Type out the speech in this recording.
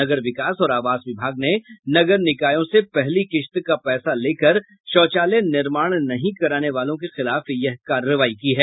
नगर विकास और आवास विभाग ने नगर निकायों से पहली किश्त का पैसा लेकर शौचालय निर्माण नहीं कराने वालों के खिलाफ यह कार्रवाई की है